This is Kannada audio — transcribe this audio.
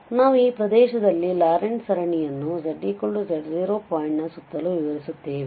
ಆದ್ದರಿಂದ ನಾವು ಈ ಪ್ರದೇಶದಲ್ಲಿ ಲಾರೆಂಟ್ ಸರಣಿಯನ್ನು zz0 ಪಾಯಿಂಟ್ನ ಸುತ್ತಲೂ ವಿಸ್ತರಿಸುತ್ತೇವೆ